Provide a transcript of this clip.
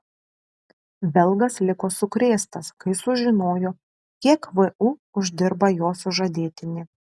belgas liko sukrėstas kai sužinojo kiek vu uždirba jo sužadėtinė